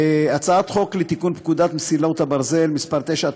הצעת חוק לתיקון פקודת מסילות הברזל (תיקון מס' 9),